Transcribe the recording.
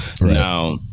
now